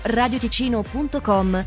radioticino.com